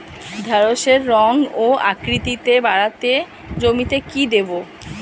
ঢেঁড়সের রং ও আকৃতিতে বাড়াতে জমিতে কি দেবো?